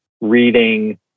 reading